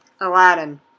Aladdin